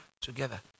together